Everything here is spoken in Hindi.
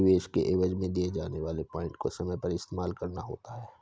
निवेश के एवज में दिए जाने वाले पॉइंट को समय पर इस्तेमाल करना होता है